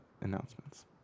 announcements